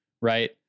Right